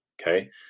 okay